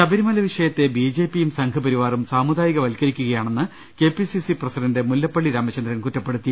ശബരിമല വിഷയത്തെ B J പിയും സംഘ്പരിവാറും സാമുദായികവൽക്കരിക്കുകയാണെന്ന് K P C C president Mullappally Ramachandran കുറ്റപ്പെടുത്തി